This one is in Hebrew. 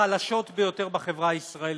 החלשות ביותר בחברה הישראלית.